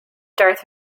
darth